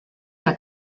que